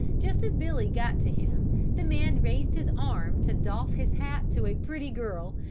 just as billy got to him the man raised his arm to doff his hat to a pretty girl,